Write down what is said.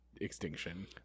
extinction